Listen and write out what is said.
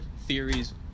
theories